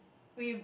we